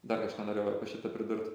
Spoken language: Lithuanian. dar kažą norėjau apie šitą pridurt